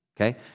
okay